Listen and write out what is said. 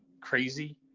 crazy